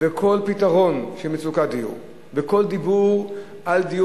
וכל פתרון של מצוקת דיור וכל דיבור על דיור